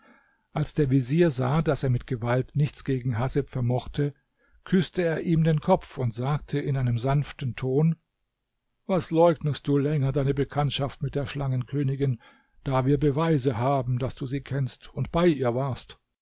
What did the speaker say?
als der vezier sah daß er mit gewalt nichts gegen haseb vermochte küßte er ihm den kopf und sagte in einem sanften ton was leugnest du länger deine bekanntschaft mit der schlangenkönigin da wir beweise haben daß du sie kennst und bei ihr warst